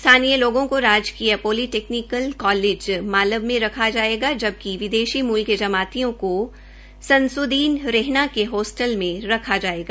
स्थानीय लोगों को राजकीय पॉलीटैक्नीक कालेज मालब मे रखा जायेगा जबकि विदेशी मुल में जमातियों को संसुद्दीन रेहगा के हास्टल में रखा जायेगा